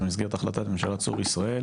במסגרת החלטת ממשלה 'צור ישראל'